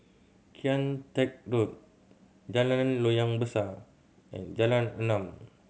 Kian Teck Road Jalan Loyang Besar and Jalan Enam